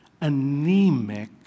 anemic